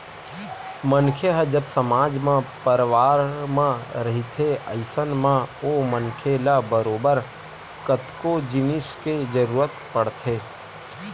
मनखे ह जब समाज म परवार म रहिथे अइसन म ओ मनखे ल बरोबर कतको जिनिस के जरुरत पड़थे